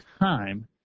time